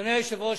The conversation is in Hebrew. אדוני היושב-ראש,